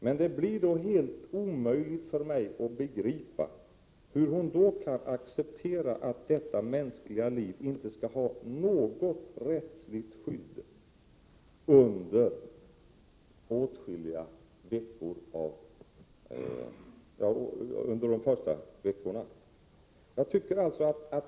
Men det blir då helt omöjligt för mig att begripa hur hon kan acceptera att detta mänskliga liv inte skall ha något rättsligt skydd under de första veckorna.